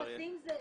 נכסים זה כספי.